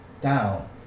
down